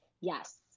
yes